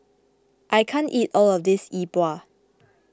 I can't eat all of this Yi Bua